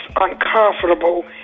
uncomfortable